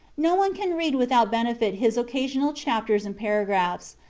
no one can read without benefit his occasional chapters and paragraphs,